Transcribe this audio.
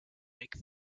make